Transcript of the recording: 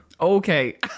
okay